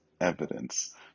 evidence